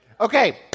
Okay